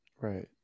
right